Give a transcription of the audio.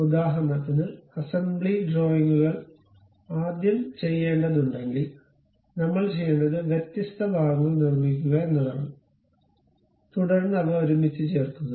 ഉദാഹരണത്തിന് അസംബ്ലി ഡ്രോയിംഗുകൾ ആദ്യം ചെയ്യേണ്ടതുണ്ടെങ്കിൽ നമ്മൾ ചെയ്യേണ്ടത് വ്യത്യസ്ത ഭാഗങ്ങൾ നിർമ്മിക്കുക എന്നതാണ് തുടർന്ന് അവ ഒരുമിച്ച് ചേർക്കുക